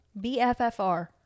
bffr